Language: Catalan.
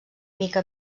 mica